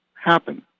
happen